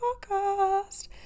Podcast